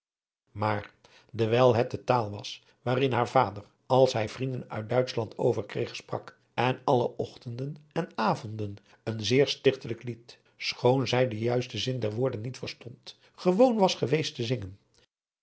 maar dewijl het de taal was waarin haar vader als hij vrienden uit duitschland overkreeg sprak en alle ochtenden en avonden een zeer stichtelijk lied schoon zij den juisten zin der woorden niet verstond gewoon was geweest te zingen